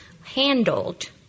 handled